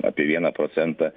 apie vieną procentą